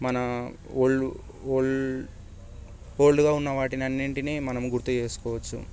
మన వొల్ ఓల్డ్ ఓల్డ్గా ఉన్నవాటి అన్నింటినీ మనం గుర్తుచేసుకోవచ్చు